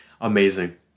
amazing